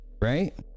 right